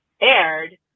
aired